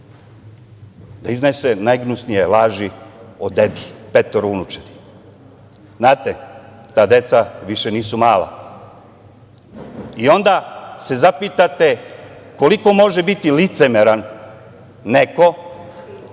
da iznese najgnusnije laži o dedi petoro unučadi. Znate, ta deca više nisu mala. Onda se zapitate koliko može biti licemeran neko